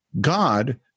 God